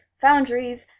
foundries